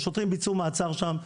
השוטרים ביצעו מעצר שם,